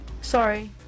Sorry